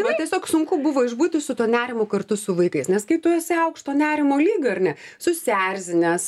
va tiesiog sunku buvo išbūti su tuo nerimu kartu su vaikais nes kai tu esi aukšto nerimo lygio ar ne susierzinęs